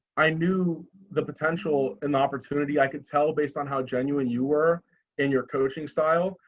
i knew the potential and the opportunity, i could tell based on how genuine you were in your coaching style,